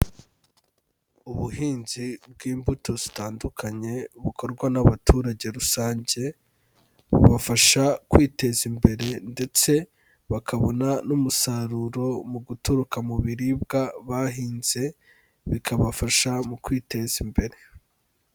Ubuhinzi bw'imbuto zitandukanye bukorwa n'abaturage rusange, bubafasha kwiteza imbere ndetse bakabona n'umusaruro mu guturuka mu biribwa bahinze, bikabafasha mu kwiteza imbere.